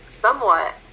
somewhat